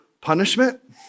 punishment